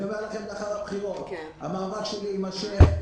לאחר הבחירות המאבק שלי יימשך.